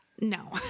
No